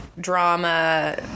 drama